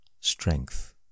strength